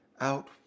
out